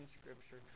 Scripture